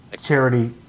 charity